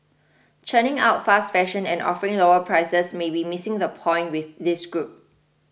churning out fast fashion and offering lower prices may be missing the point with this group